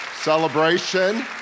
celebration